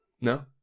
No